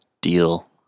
deal